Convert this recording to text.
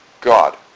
God